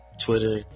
Twitter